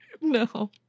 No